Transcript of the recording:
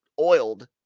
oiled